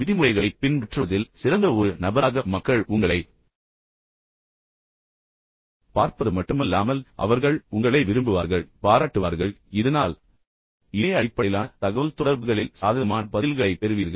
விதிமுறைகளைப் பின்பற்றுவதில் சிறந்த ஒரு நபராக மக்கள் உங்களைப் பார்ப்பது மட்டுமல்லாமல் அவர்கள் உங்களை விரும்புவார்கள் பாராட்டுவார்கள் இதன் விளைவாக இணைய அடிப்படையிலான தகவல்தொடர்புகளில் சாதகமான பதில்களைப் பெறுவீர்கள்